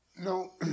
No